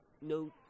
no